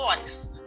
voice